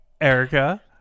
Erica